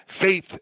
faith